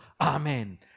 amen